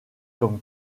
comme